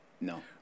No